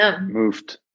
moved